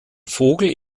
vogel